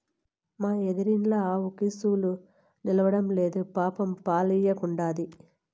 మా ఎదురిండ్ల ఆవుకి చూలు నిల్సడంలేదు పాపం పాలియ్యకుండాది